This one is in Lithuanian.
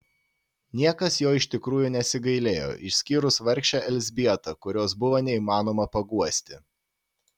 niekas jo iš tikrųjų nesigailėjo išskyrus vargšę elzbietą kurios buvo neįmanoma paguosti